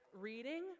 reading